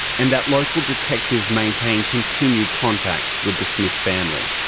and that local detectives maintain continued contact with the smith family.